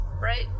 right